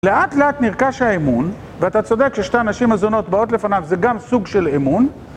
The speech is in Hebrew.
לאט לאט נרכש האמון, ואתה צודק ששתי הנשים הזונות באות לפניו זה גם סוג של אמון